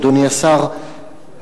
אדוני השר,